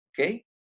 Okay